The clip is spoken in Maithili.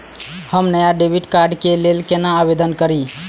हम नया डेबिट कार्ड के लल कौना आवेदन करि?